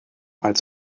als